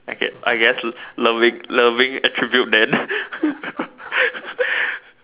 I guess I guess loving loving attribute then